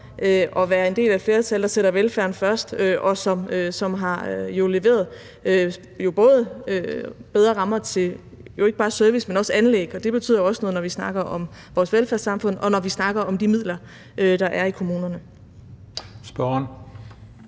at være en del af et flertal, der sætter velfærden først, og som jo har leveret bedre rammer til ikke bare service, men også anlæg, og det betyder jo også noget, når vi snakker om vores velfærdssamfund, og når vi snakker om de midler, der er i kommunerne. Kl.